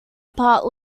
apart